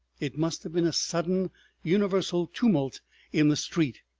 it must have been a sudden universal tumult in the street,